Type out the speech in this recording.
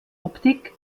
optik